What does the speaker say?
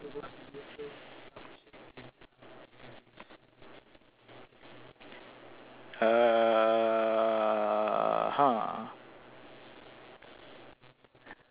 err !huh!